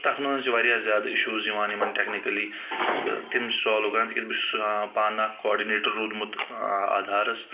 تَتھ منٛز چھِ واریاہ زیادٕ اِشوٗز یِوان یِمن ٹیکنِکلی تہٕ تِم چھِ سالوٗ کَرٕنۍ تِکیٛازِ بہٕ چھُس پانہٕ اَکھ کوڈِنیٹر روٗدمُت آدھارَس